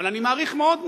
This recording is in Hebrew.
אבל אני מעריך מאוד,